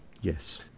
Yes